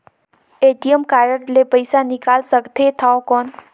ATM card ले पइसा निकाल सकथे थव कौन?